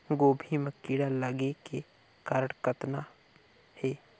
गोभी म कीड़ा लगे के कारण कतना हे?